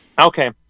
Okay